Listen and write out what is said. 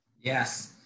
Yes